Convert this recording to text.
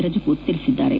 ರಜಪೂತ್ ತಿಳಿಸಿದ್ದಾರೆ